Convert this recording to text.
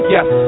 Yes